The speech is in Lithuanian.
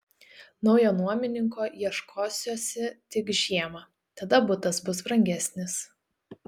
naujo nuomininko ieškosiuosi tik žiemą tada butas bus brangesnis